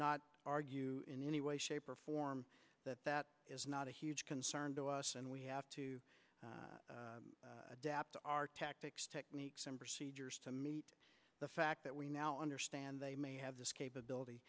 not argue in any way shape or form that that is not a huge concern to us and we have to adapt our tactics techniques and procedures to meet the fact that we now understand they may have this capability